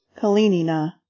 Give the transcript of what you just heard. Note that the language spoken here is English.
Kalinina